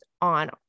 on